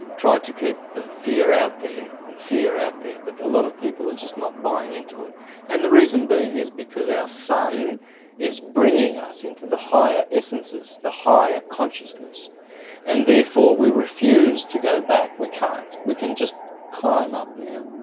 try to keep fear out there and fear out there but a lot of people are just not buying into it and the reason being is because our sun is bringing us into the higher essences, the higher consciousness and therefore we refuse to go back, we can't, we can just climb up now.